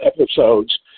episodes